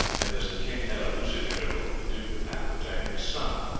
and as the king had a lucid interval, the duke of aquitaine, his son,